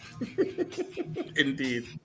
Indeed